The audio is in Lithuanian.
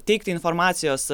teikti informacijos